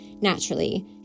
naturally